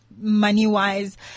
money-wise